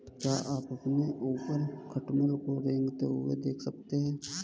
क्या आप अपने ऊपर खटमल को रेंगते हुए देख सकते हैं?